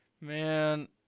Man